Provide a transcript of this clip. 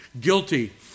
guilty